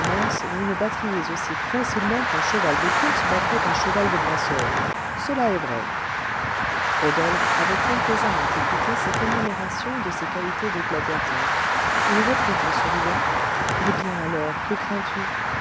vous me battriez aussi facilement qu'un cheval de course battrait un cheval de brasseur cela est vrai rodolphe avait complaisamment écouté cette énumération de ses qualités de gladiateur il reprit en souriant eh bien alors que